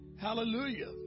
Hallelujah